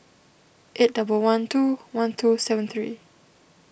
eight double one two one two seven three